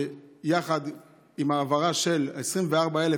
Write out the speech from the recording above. ויחד עם ההעברה של 24,000,